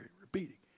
repeating